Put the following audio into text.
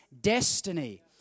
destiny